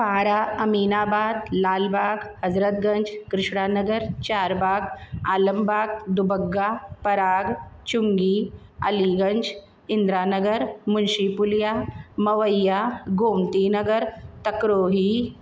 Para Aminabad Lalbagh Hazratganj Krishna Nagar Charbagh Alambagh Dubagga Parag Chungi Aliganj Indiranagar Munshi Puliya Mawaiya Gomti Nagar Takrohi